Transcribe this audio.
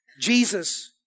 Jesus